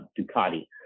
Ducati